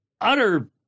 utter